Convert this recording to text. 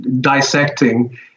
dissecting